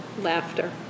Laughter